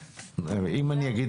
אני רוצה להגיד